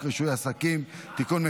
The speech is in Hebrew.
רישוי עסקים (תיקון,